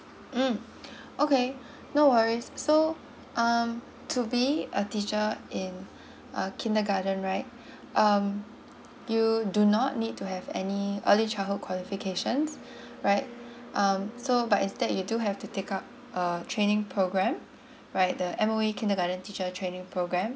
mm okay no worries so um to be a teacher in a kindergarten right um you do not need to have any early childhood qualifications right um so but instead you do have to take up a training program right the M_O_E kindergarten teacher training program